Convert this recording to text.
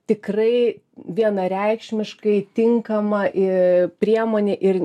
tikrai vienareikšmiškai tinkama į priemonė ir